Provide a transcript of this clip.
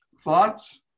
thoughts